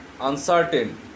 uncertain